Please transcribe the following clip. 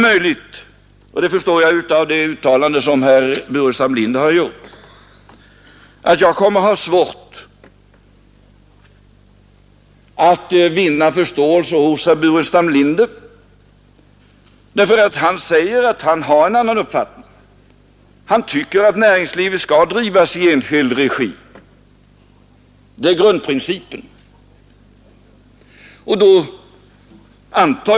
Av det uttalande som herr Burenstam Linder har gjort förstår jag att jag kommer att få svårt att vinna förståelse hos honom, därför att han säger att han har en annan uppfattning. Han tycker att näringslivet skall drivas i enskild regi, det är grundprincipen hos honom.